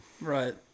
Right